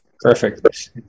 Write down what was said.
perfect